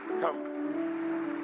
come